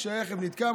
כשהרכב נתקע,